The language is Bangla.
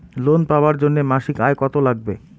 লোন পাবার জন্যে মাসিক আয় কতো লাগবে?